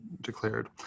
declared